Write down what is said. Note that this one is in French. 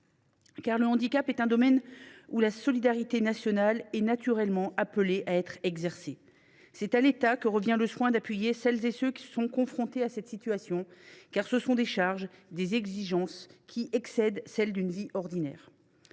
Le handicap est, en effet, un domaine où la solidarité nationale est naturellement appelée à s’exercer. Il revient à l’État d’appuyer celles et ceux qui sont confrontés à cette situation, car ce sont des charges et des exigences qui excèdent celles d’une vie ordinaire.